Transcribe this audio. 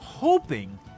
hoping